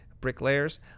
bricklayers